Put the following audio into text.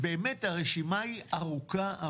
באמת, הרשימה היא ארוכה.